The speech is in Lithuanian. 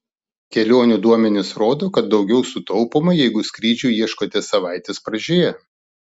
kelionių duomenys rodo kad daugiau sutaupoma jeigu skrydžių ieškote savaitės pradžioje